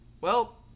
Well